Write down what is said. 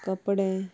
कपडे